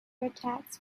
attacks